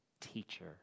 Teacher